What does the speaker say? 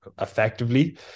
effectively